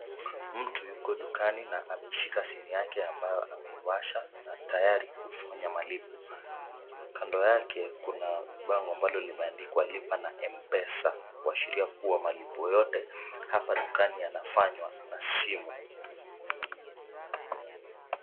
Mtu yuko dukani na ameshika simu yake ambayo ameiwasha na tayari kufanya malipo. Kando yake kuna bango ambalo limeandikwa lipa na M-pesa kuashiria kuwa malipo yote hapa dukani yanafanywa na simu.